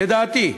לדעתי,